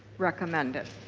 recommended.